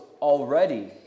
already